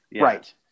right